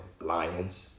lions